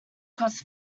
costs